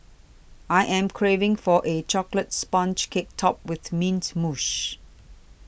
I am craving for a Chocolate Sponge Cake Topped with mints mousse